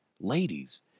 Ladies